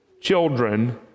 children